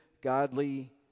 godly